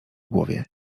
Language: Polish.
głowie